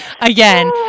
again